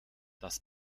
das